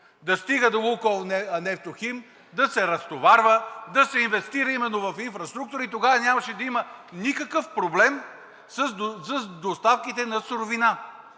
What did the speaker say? да стига до „Лукойл Нефтохим“, да се разтоварва, да се инвестира именно в инфраструктура и тогава нямаше да има никакъв проблем с доставките на суровина.